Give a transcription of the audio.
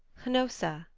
hnossa,